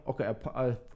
okay